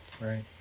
right